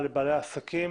לבעלי העסקים,